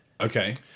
Okay